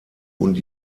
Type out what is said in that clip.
und